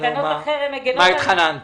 תקנות החרם מגינות על --- למה לא התחננת